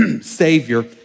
Savior